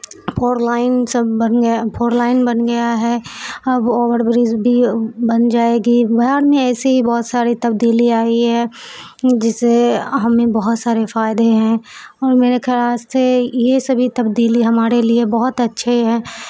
four line سب بن گیا فور لائن بن گیا ہے اور وہ اوور برج بھی بن جائے گی بہار میں ایسے ہی بہت ساری تبدیلی آئی ہے جسے ہمیں بہت سارے فائدے ہیں اور میرے کھرات سے یہ سبھی تبدیلی ہمارے لیے بہت اچھے ہیں